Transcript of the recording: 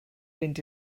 fynd